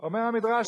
אומר המדרש,